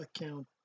account